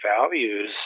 values